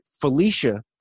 Felicia